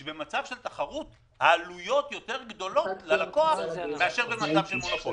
שבמצב של תחרות העלויות יותר גדולות ללקוח מאשר במצב של מונופול.